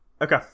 Okay